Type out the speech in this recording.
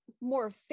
more